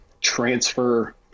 transfer